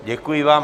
Děkuji vám.